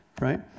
right